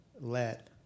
let